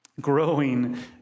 growing